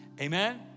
Amen